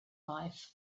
life